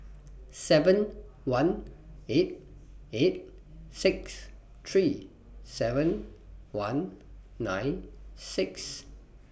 seven one eight eight six three seven one nine six